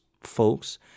folks